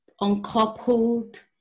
Uncoupled